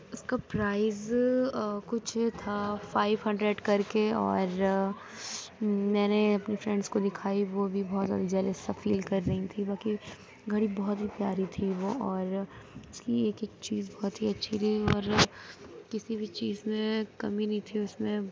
اُس كا پرائز كچھ تھا فائیو ہنڈریڈ کرکے اور میں نے اپنے فرنیڈس کو دکھائی وہ بھی بہت جلیس سا فیل کر رہی تھی باقی گھڑی بہت پیاری تھی وہ اور اِس كی ایک ایک چیز بہت ہی اچھی تھی اور کسی بھی چیز میں كمی نہیں تھی اُس میں